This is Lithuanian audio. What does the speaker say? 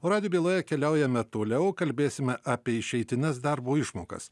o radijo byloje keliaujame toliau kalbėsime apie išeitines darbo išmokas